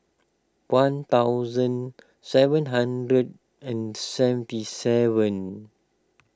one thousand seven hundred and seventy seven